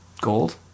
gold